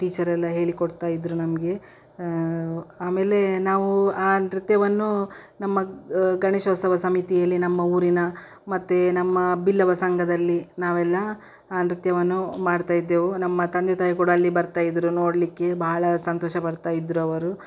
ಟೀಚರೆಲ್ಲ ಹೇಳಿಕೊಡ್ತಾ ಇದ್ದರು ನಮಗೆ ಆಮೇಲೆ ನಾವು ಆ ನೃತ್ಯವನ್ನು ನಮ್ಮ ಗಣೇಶೋತ್ಸವ ಸಮಿತಿಯಲ್ಲಿ ನಮ್ಮ ಊರಿನ ಮತ್ತು ನಮ್ಮ ಬಿಲ್ಲವ ಸಂಘದಲ್ಲಿ ನಾವೆಲ್ಲ ಆ ನೃತ್ಯವನ್ನು ಮಾಡ್ತಾ ಇದ್ದೆವು ನಮ್ಮ ತಂದೆ ತಾಯಿ ಕೂಡ ಅಲ್ಲಿ ಬರ್ತಾ ಇದ್ದರು ನೋಡಲಿಕ್ಕೆ ಬಹಳ ಸಂತೋಷ ಪಡ್ತಾ ಇದ್ದರು ಅವರು